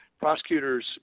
Prosecutors